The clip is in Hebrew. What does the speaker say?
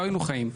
לא היינו חיים.